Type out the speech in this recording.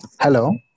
Hello